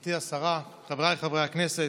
גברתי השרה, חבריי חברי הכנסת,